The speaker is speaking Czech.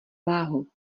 váhu